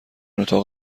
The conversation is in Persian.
اتاق